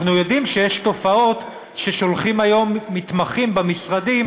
אנחנו יודעים שיש תופעות ששולחים היום מתמחים במשרדים